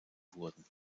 wurden